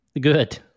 Good